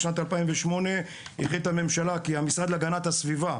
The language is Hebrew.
בשנת 2008 החליטה הממשלה כי המשרד להגנת הסביבה,